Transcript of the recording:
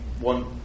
one